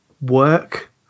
work